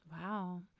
wow